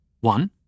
one